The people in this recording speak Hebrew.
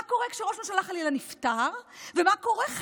כתוב מה קורה כשראש ממשלה חלילה נפטר ומה קורה,